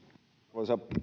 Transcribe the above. arvoisa